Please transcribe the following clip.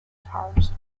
guitars